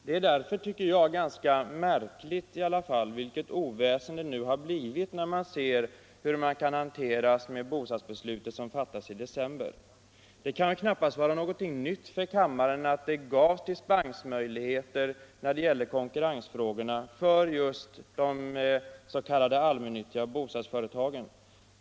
Det är därför ganska märk = marktilldelning vid ligt att det blivit ett sådant oväsen sedan det blivit klart hur man kan = stora bostadsbygghandskas med bostadsbeslutet som fattades i december. Det kan knappast — nadsföretag vara något nytt för kammaren att det gavs dispensmöjligheter när det gäller konkurrensfrågorna för just de s.k. allmännyttiga bostadsföretagen.